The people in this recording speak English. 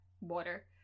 water